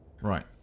Right